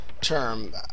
term